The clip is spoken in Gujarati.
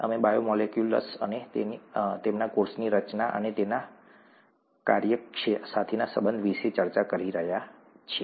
અમે બાયોમોલેક્યુલ્સ અને તેમના કોષની રચના અને કાર્ય સાથેના સંબંધ વિશે ચર્ચા કરી રહ્યા છીએ